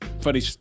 Funny